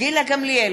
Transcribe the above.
גילה גמליאל,